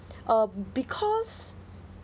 uh because